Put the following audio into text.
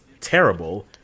terrible